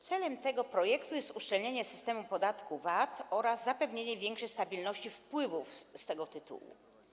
Celem tego projektu jest uszczelnienie systemu podatku VAT oraz zapewnienie większej stabilności wpływów z tego tytułu.